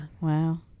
wow